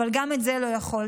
אבל גם את זה לא יכולתם.